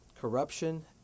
corruption